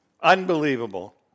Unbelievable